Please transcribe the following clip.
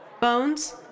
Bones